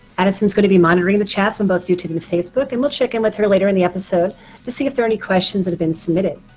addison's going to be monitoring the chats on both youtube and facebook and we'll check in with her later in the episode to see if there any questions that have been submitted.